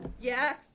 Yes